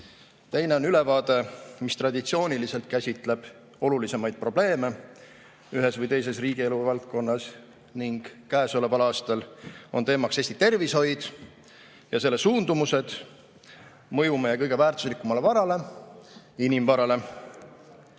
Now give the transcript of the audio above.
Teine on ülevaade, mis traditsiooniliselt käsitleb olulisemaid probleeme ühes või teises riigielu valdkonnas. Sellel aastal on teemaks Eesti tervishoid ja selle suundumused, mõju meie kõige väärtuslikumale varale – inimvarale.